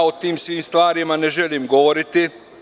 O tim svim stvarima ne želim govoriti.